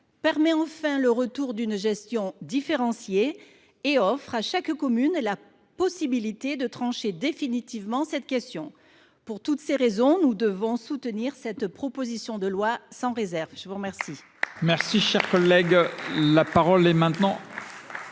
permet enfin le retour à une gestion différenciée et offre à chaque commune la possibilité de trancher définitivement cette question. Pour toutes ces raisons, nous devons soutenir cette proposition de loi sans réserve. La parole